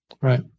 Right